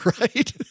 right